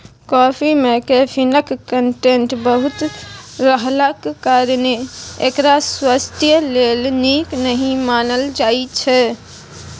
coffee मे कैफीनक content बहुत रहलाक कारणेँ एकरा स्वास्थ्य लेल नीक नहि मानल जाइ छै